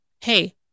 hey